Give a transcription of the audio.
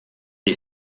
est